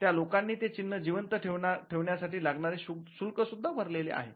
त्या लोकांनी ते चिन्ह जिवंत ठेवण्यासाठी लागणारे शुल्क सुद्धा भरलेले आहे